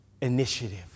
initiative